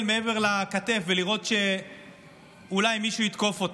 מעבר לכתף ולראות שאולי מישהו יתקוף אותה.